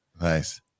Nice